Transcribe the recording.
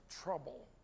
trouble